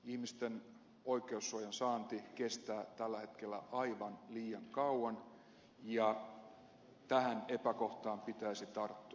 ihmisten oikeussuojan saanti kestää tällä hetkellä aivan liian kauan ja tähän epäkohtaan pitäisi tarttua